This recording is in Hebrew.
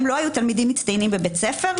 הם לא היו תלמידים מצטיינים בבית ספר.